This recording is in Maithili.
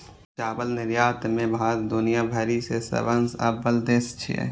चावल निर्यात मे भारत दुनिया भरि मे सबसं अव्वल देश छियै